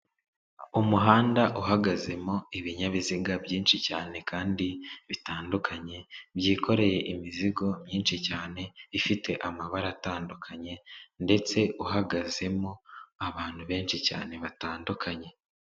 Umuhanda uhagazemo ibinyabiziga byinshi cyane kandi bitandukanye, byikoreye imizigo myinshi cyane, ifite amabara atandukanye, ndetse uhagazemo abantu benshi cyane batandukanye.